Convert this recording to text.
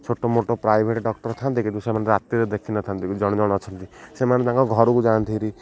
ଛୋଟ ମୋଟ private doctor ଥାଆନ୍ତି କିନ୍ତୁ ସେମାନେ ରାତିରେ ଦେଖିନଥାନ୍ତି ଜଣ ଜଣ ଅଛନ୍ତି ସେମାନେ ତାଙ୍କ ଘରକୁ ଯାଆନ୍ତି ହେରି